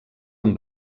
amb